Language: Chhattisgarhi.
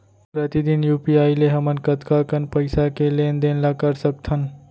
प्रतिदन यू.पी.आई ले हमन कतका कन पइसा के लेन देन ल कर सकथन?